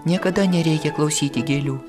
niekada nereikia klausyti gėlių